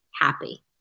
happy